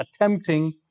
attempting